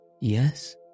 Yes